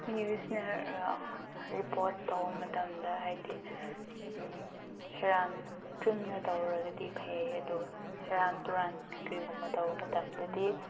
ꯅ꯭ꯌꯨꯖꯅ report ꯇꯧꯕ ꯃꯇꯝꯗ ꯍꯥꯏꯗꯤ ꯁꯦꯔꯥꯟ ꯆꯨꯝꯅ ꯇꯧꯔꯒꯗꯤ ꯐꯩ ꯑꯗꯨꯒ ꯁꯦꯔꯥꯟ ꯇꯨꯔꯥꯟ ꯀꯔꯤꯒꯨꯝꯕ ꯇꯧꯕ ꯃꯇꯝꯗꯗꯤ